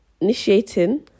initiating